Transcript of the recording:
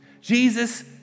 Jesus